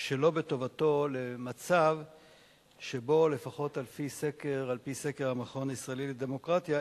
שלא בטובתו למצב שבו לפחות על-פי סקר המכון הישראלי לדמוקרטיה,